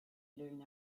learn